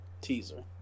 teaser